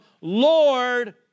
Lord